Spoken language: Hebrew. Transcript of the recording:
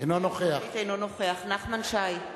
אינו נוכח נחמן שי,